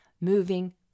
moving